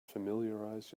familiarize